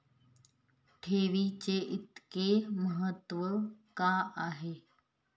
ठेवीचे इतके महत्व का आहे?